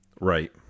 right